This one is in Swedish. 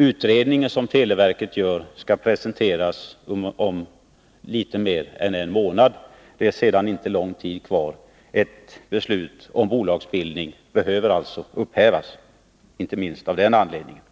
Utredningen som televerket gör skall presenteras om litet mer än en månad. Det är sedan inte lång tid kvar. Ett beslut om bolagsbildning behöver alltså upphävas alltså inte minst av den anledningen.